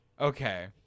Okay